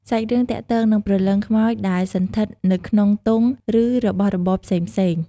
សាច់រឿងទាក់ទងនឹងព្រលឹងខ្មោចដែលសណ្ឋិតនៅក្នុងទង់ ឬរបស់របរផ្សេងៗ។